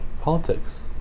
politics